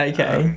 Okay